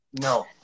No